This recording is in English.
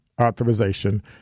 authorization